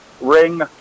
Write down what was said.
ring